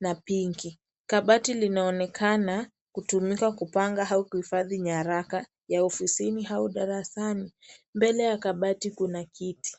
na pinki . Kabati linaonekana kutumika kupanga au kuhifadhi nyaraka ya ofisini au darasani. Mbele ya kabati kuna kiti.